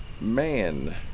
Man